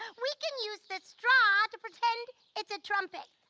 we can use the straw to pretend it's a trumpet.